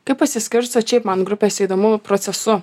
kaip pasiskirstot šiaip man grupės įdomu procesu